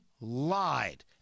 lied